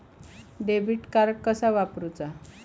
Debit card कसा वापरुचा?